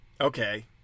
Okay